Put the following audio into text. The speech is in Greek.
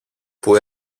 που